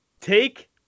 take